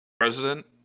president